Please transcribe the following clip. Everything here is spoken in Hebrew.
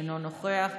אינו נוכח,